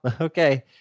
okay